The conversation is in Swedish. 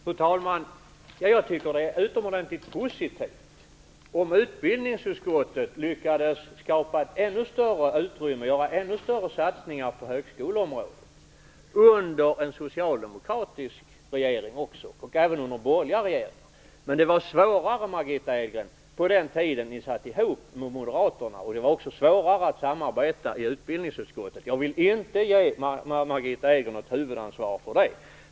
Fru talman! Jag tycker att det är utomordentligt positivt om utbildningsutskottet lyckades skapa så stora satsningar på högskoleområdet under även en socialdemokratisk regering förutom borgerliga regeringar. Det var svårare, Margitta Edgren, på den tiden då ni satt ihop med Moderaterna att samarbeta i utbildningsutskottet. Jag vill inte ge Margitta Edgren huvudansvaret för det.